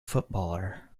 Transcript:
footballer